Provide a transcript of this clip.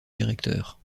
directeur